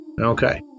Okay